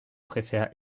préfèrent